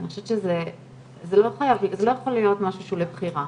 אני חושבת שזה לא יכול להיות משהו שהוא של בחירה,